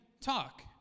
talk